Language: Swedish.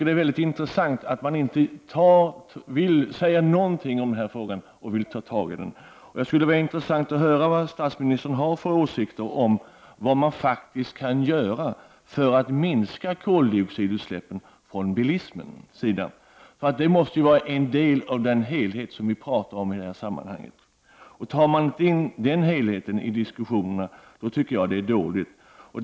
Det är intressant att man inte vill säga någonting om denna fråga och verkligen ta itu med den. Det skulle vara intressant att höra vilken åsikt statsministern har om vad vi faktiskt kan göra för att minska koldioxidutsläppen från bilismens sida. Det är ju en del av den helhet som vi talar om i detta sammanhang. Tar man inte in helheten i denna diskussion, då är det dåligt.